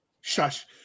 Shush